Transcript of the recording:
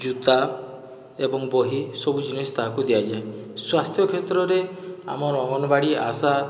ଜୁତା ଏବଂ ବହି ସବୁ ଜିନିଷ୍ ତାହାକୁ ଦିଆଯାଏ ସ୍ୱାସ୍ଥ୍ୟ କ୍ଷେତ୍ରରେ ଆମର ଅଙ୍ଗନବାଡ଼ି ଆଶା